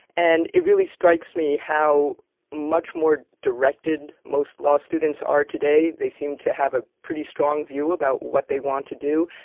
and it really strikes me how much more directed most law students are today, they seem to have a pretty strong view about what they want to do.